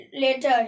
later